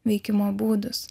veikimo būdus